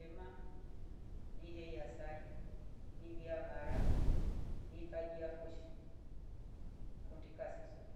Ni iheya saaru ni ivya mara ni iheiya foshiniso kasi ngikundi.